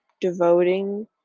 devoting